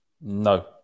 no